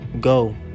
go